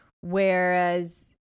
Whereas